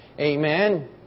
Amen